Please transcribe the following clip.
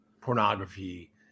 pornography